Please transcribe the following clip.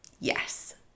Yes